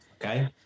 Okay